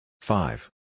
Five